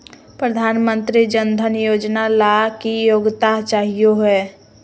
प्रधानमंत्री जन धन योजना ला की योग्यता चाहियो हे?